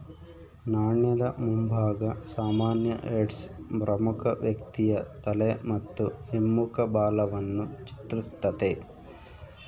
ನಾಣ್ಯದ ಮುಂಭಾಗ ಸಾಮಾನ್ಯ ಹೆಡ್ಸ್ ಪ್ರಮುಖ ವ್ಯಕ್ತಿಯ ತಲೆ ಮತ್ತು ಹಿಮ್ಮುಖ ಬಾಲವನ್ನು ಚಿತ್ರಿಸ್ತತೆ